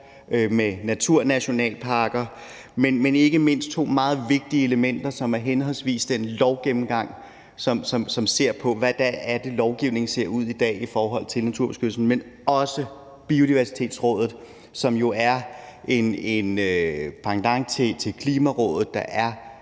naturnationalparker og ikke mindst to meget vigtige elementer, som er henholdsvis den lovgennemgang, som ser på, hvordan lovgivningen ser ud i dag i forhold til naturbeskyttelsen, og Biodiversitetsrådet, som jo er en pendant til Klimarådet, der